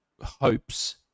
hopes